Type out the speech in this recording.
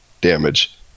damage